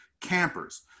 campers